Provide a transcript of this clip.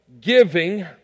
giving